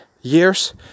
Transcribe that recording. years